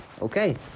Okay